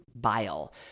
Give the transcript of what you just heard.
bile